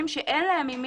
פנית?